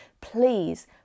please